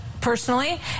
personally